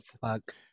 Fuck